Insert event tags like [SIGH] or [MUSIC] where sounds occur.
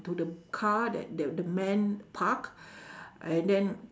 to the car that that the man park [BREATH] and then